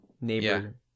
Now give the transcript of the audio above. neighbor